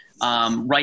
right